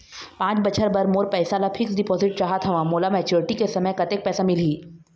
पांच बछर बर मोर पैसा ला फिक्स डिपोजिट चाहत हंव, मोला मैच्योरिटी के समय कतेक पैसा मिल ही?